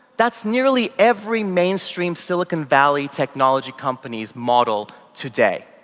that's nearly every mainstream silicon valley technology company model today.